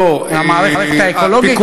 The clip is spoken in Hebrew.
על המערכת האקולוגית?